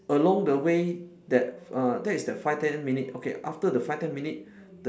along the way that uh that is that five ten minute okay after the five ten minute